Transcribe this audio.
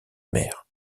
mère